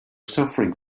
suffering